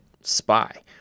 spy